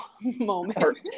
moment